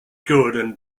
gordon